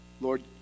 Lord